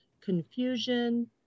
confusion